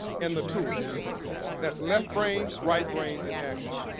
and the tools that's left brain, right brain, and action.